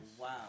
Wow